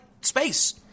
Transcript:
space